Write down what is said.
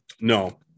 No